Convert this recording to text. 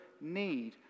need